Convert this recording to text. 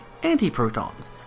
antiprotons